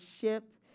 ship